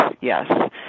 yes